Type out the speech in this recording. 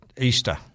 Easter